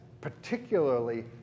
particularly